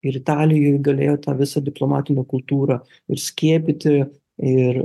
ir italijoj galėjo tą visą diplomatinę kultūrą ir skiepyti ir